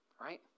Right